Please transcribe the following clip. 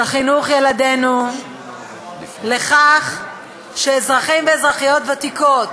של חינוך ילדינו לכך שאזרחים ואזרחיות ותיקות